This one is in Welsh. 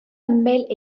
ymyl